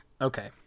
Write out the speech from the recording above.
Okay